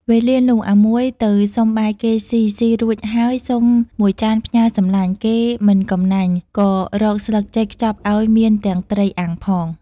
វេលានោះអាមួយទៅសុំបាយគេស៊ីៗរួចហើយសុំំមួយចានផ្ញើរសំឡាញ់គេមិនកំណាញ់ក៏រកស្លឹកចេកខ្ចប់ឱ្យមានទាំងត្រីអាំងផង។